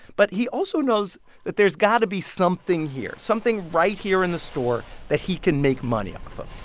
but he also knows that there's got to be something here something right here in the store that he can make money off of.